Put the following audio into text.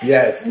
Yes